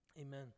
Amen